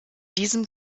diesem